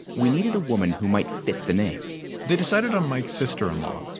we needed a woman who might fit the name they decided on mike's sister in law,